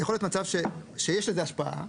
שיכול להיות מצב שיש לזה השפעה,